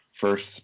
first